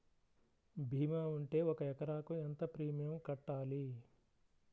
భీమా ఉంటే ఒక ఎకరాకు ఎంత ప్రీమియం కట్టాలి?